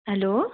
hello